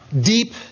deep